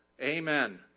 Amen